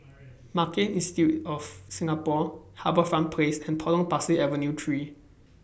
Marketing Institute of Singapore HarbourFront Place and Potong Pasir Avenue three